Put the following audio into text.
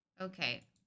Okay